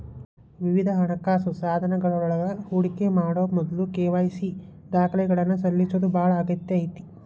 ವಿವಿಧ ಹಣಕಾಸ ಸಾಧನಗಳೊಳಗ ಹೂಡಿಕಿ ಮಾಡೊ ಮೊದ್ಲ ಕೆ.ವಾಯ್.ಸಿ ದಾಖಲಾತಿಗಳನ್ನ ಸಲ್ಲಿಸೋದ ಬಾಳ ಅಗತ್ಯ ಐತಿ